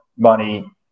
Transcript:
money